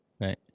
Right